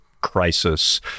crisis